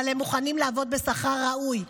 אבל הם מוכנים לעבוד בשכר ראוי,